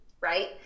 Right